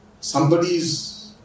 somebody's